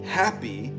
happy